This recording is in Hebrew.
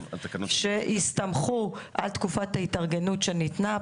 שהסתמכו עד תקופת ההתארגנות שניתנה,